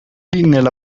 nella